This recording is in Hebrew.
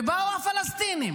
ובאו הפלסטינים